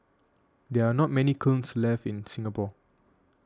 there are not many kilns left in Singapore